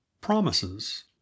promises